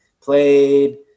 Played